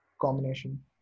combination